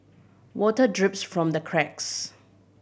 water drips from the cracks